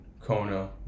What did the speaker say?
Kona